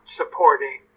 supporting